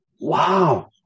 wow